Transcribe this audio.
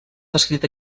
descrit